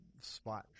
spot